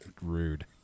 rude